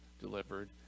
delivered